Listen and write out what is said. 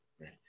right